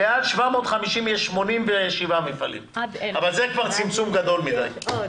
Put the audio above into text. מעל 750 יש 87 מפעלים אבל זה כבר צמצום גדול מדי.